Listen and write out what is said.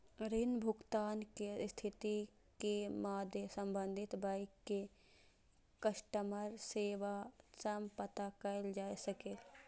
ऋण भुगतान के स्थिति के मादे संबंधित बैंक के कस्टमर सेवा सं पता कैल जा सकैए